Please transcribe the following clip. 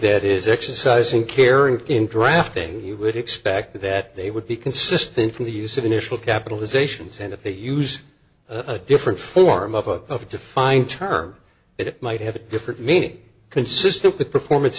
that is exercising care and in drafting you would expect that they would be consistent from the use of initial capitalizations and if they use a different form of a defined term it might have a different meaning consistent with performance